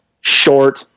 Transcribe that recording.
Short